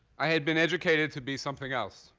i had been educated to be something else.